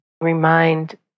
remind